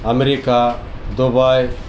America Dubai